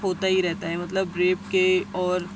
ہوتا ہی رہتا ہے مطلب ریپ کے اور